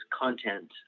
content